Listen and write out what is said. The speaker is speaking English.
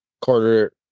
quarter